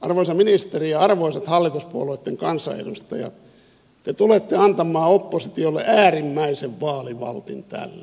arvoisa ministeri ja arvoisat hallituspuolueitten kansanedustajat te tulette antamaan oppositiolle äärimmäisen vaalivaltin tällä